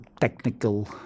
technical